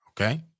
Okay